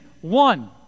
One